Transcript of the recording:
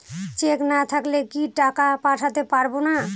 Check না থাকলে কি টাকা পাঠাতে পারবো না?